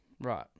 right